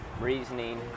reasoning